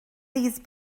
these